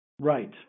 Right